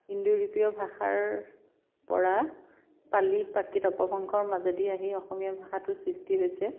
Indo ইউৰোপীয় ভাষাৰ পৰা পালি প্ৰাকৃত অপভ্ৰংগৰ মাজেদি আহি অসমীয়া ভাষাটোৰ সৃষ্টি হৈছে